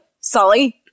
Sully